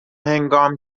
هنگام